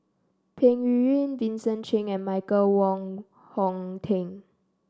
Peng Yuyun Vincent Cheng and Michael Wong Hong Teng